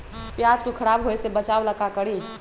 प्याज को खराब होय से बचाव ला का करी?